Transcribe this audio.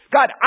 God